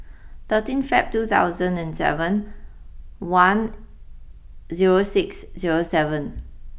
thirteen Feb two thousand and seven one zero six zero seven